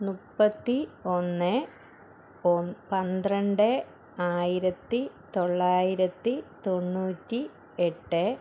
മുപ്പത്തി ഒന്ന് പന്ത്രണ്ട് ആയിരത്തി തൊള്ളായിരത്തി തൊണ്ണൂറ്റി എട്ട്